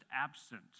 absent